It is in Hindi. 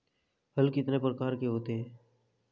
हल कितने प्रकार के होते हैं?